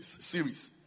series